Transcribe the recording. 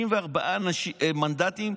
64 מנדטים,